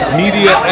media